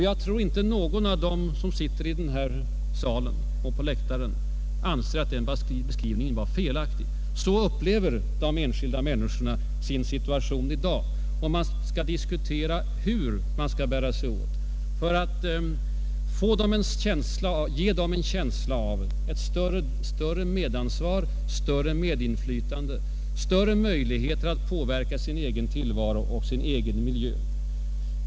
Jag tror inte att någon av dem som sitter i den här salen eller på läktaren anser att den beskrivningen var felaktig. Så upplever de enskilda människorna sin situation i dag. Och vi bör diskutera hur man skall bära sig åt för att ge dem en känsla av ett större medansvar, ett större medinflytande, större möjligheter att påverka sin egen tillvaro och sin egen miljö.